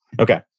Okay